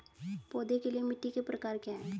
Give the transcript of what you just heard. पौधों के लिए मिट्टी के प्रकार क्या हैं?